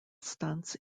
stunts